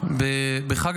בחג